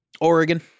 Oregon